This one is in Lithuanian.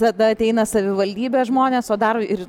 tada ateina savivaldybės žmonės o dar ir